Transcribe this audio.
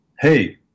hey